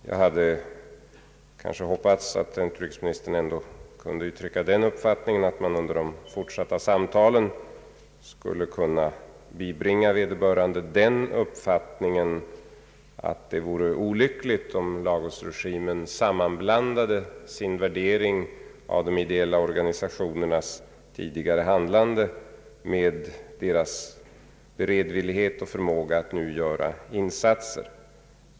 Jag hade kanske hoppats att utrikesministern ändå kunde uttrycka den uppfattningen, att man under de fortsatta samtalen skulle kunna bibringa vederbörande den meningen att det vore olyckligt om Lagosregimen sammanblandade sin värdering av de ideella organisationernas tidigare handlande med deras beredvillighet och förmåga att nu göra insatser.